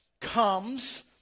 comes